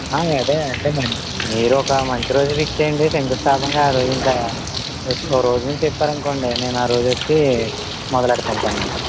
అదే అంటే మీరు ఒక మంచి రోజు ఫిక్స్ చేయండి శంకుస్థాపన ఆరోజు ఇంక ఓ రోజు మీరు చెప్పారనుకోండి నేను ఆ రోజు వచ్చి మొదలెడుతాను పని ఇంకా